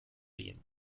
ihnen